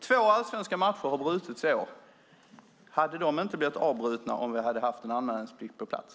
Två allsvenska matcher har brutits i år. Hade de inte blivit avbrutna om vi hade haft en anmälningsplikt på plats?